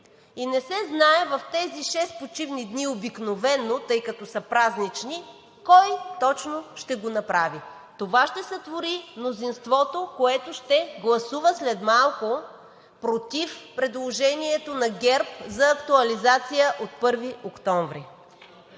и не се знае в тези шест почивни дни обикновено, тъй като са празнични, кой точно ще го направи. Това ще сътвори мнозинството, което ще гласува след малко против предложението на ГЕРБ за актуализация от 1 октомври.